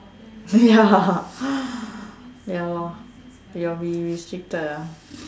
ya ya lor you'll be restricted ah